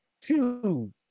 two